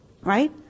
right